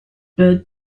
bird